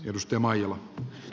edustaja maijala